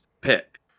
pick